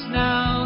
now